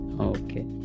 Okay